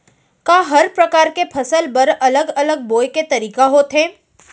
का हर प्रकार के फसल बर अलग अलग बोये के तरीका होथे?